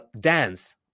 dance